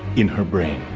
in her brain.